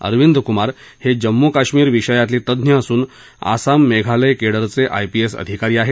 अरविंद कुमार हे जम्मू काश्मीर विषयातले तज्ञ असून आसाम मेघालय केडरचे आय पी एस अधिकारी आहेत